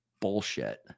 bullshit